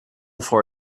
for